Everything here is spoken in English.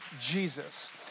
Jesus